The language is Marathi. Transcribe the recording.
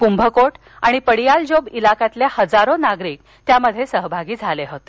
कुंभकोट आणि पडियालजोब इलाक्यातील इजारो नागरिक त्यात सहभागी झाले होते